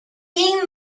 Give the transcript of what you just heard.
being